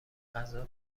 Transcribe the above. غذا